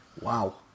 Wow